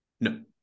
No